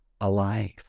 alive